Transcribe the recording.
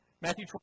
Matthew